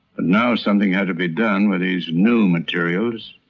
now something had to be done with these new materials,